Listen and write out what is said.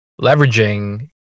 leveraging